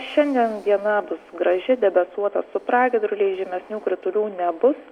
šiandien diena bus graži debesuota su pragiedruliais žymesnių kritulių nebu